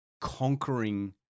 conquering